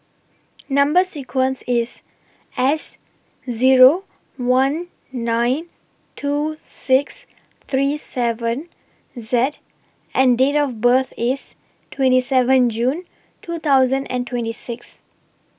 Number sequence IS S Zero one nine two six three seven Z and Date of birth IS twenty seven June two thousand and twenty six